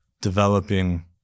developing